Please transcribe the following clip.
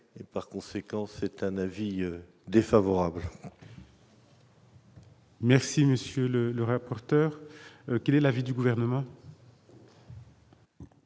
et par conséquent, c'est un avis défavorable. Merci Monsieur le le rapporteur, quel est l'avis du gouvernement.